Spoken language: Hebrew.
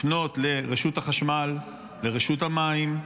לפנות לרשות החשמל, לרשות המים,